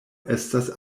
estas